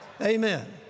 Amen